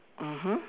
mmhmm